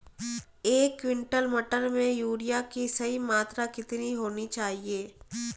एक क्विंटल मटर में यूरिया की सही मात्रा कितनी होनी चाहिए?